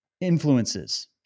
influences